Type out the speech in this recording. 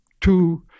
two